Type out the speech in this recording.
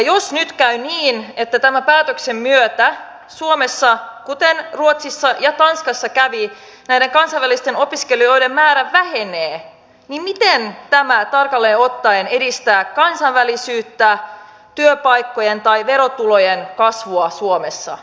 jos nyt käy niin että tämän päätöksen myötä suomessa kuten ruotsissa ja tanskassa kävi näiden kansainvälisten opiskelijoiden määrä vähenee niin miten tämä tarkalleen ottaen edistää kansainvälisyyttä työpaikkojen tai verotulojen kasvua suomessa